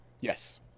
Yes